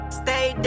stay